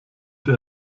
der